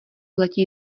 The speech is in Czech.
letí